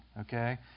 okay